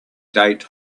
date